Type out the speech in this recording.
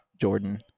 Jordan